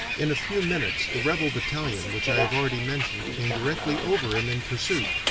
in a few minutes the rebel battalion which i have already mentioned came directly over him in pursuit,